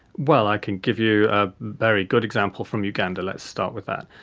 well, i could give you a very good example from uganda, let's start with that.